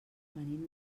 venim